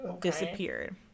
disappeared